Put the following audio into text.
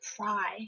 cry